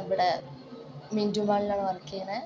ഇവിടെ മിൻറ്റു മാളിലാണ് വർക്ക് ചെയ്യുന്നത്